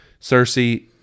Cersei